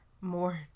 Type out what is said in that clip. more